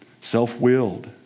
self-willed